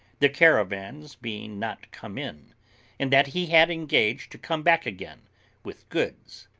the caravans being not come in and that he had engaged to come back again with goods.